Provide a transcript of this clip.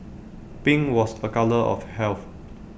pink was A colour of health